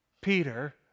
Peter